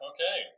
Okay